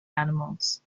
animals